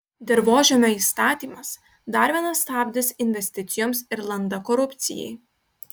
dirvožemio įstatymas dar vienas stabdis investicijoms ir landa korupcijai